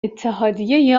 اتحادیه